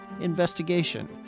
investigation